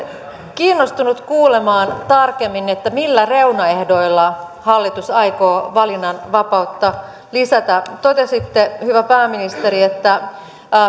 kiinnostunut kuulemaan tarkemmin millä reunaehdoilla hallitus aikoo valinnanvapautta lisätä totesitte hyvä pääministeri että